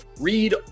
read